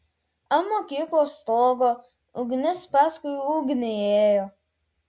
ant mokyklos stogo ugnis paskui ugnį ėjo